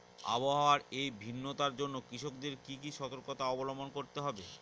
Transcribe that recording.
আবহাওয়ার এই ভিন্নতার জন্য কৃষকদের কি কি সর্তকতা অবলম্বন করতে হবে?